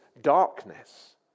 darkness